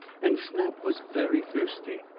and snap was very thirsty.